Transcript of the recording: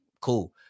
cool